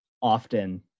often